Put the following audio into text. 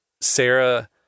Sarah